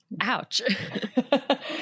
ouch